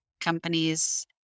companies